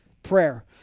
prayer